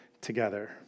together